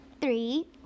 three